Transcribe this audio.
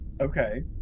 Okay